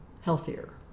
healthier